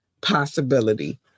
possibility